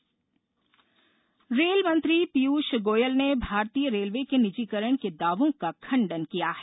rail निजीकरण rail मंत्री पीयूष गोयल ने भारतीय रेलवे के निजीकरण के दावों का खंडन किया है